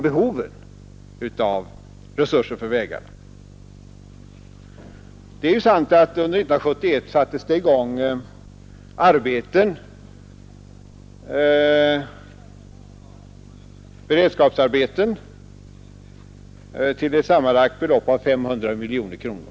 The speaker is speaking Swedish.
Det är sant att under 1971 sattes det i gång beredskapsarbeten för ett sammanlagt belopp av 500 miljoner kronor.